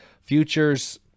Futures